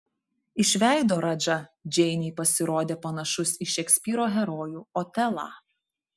iš veido radža džeinei pasirodė panašus į šekspyro herojų otelą